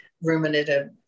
ruminative